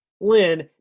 Lynn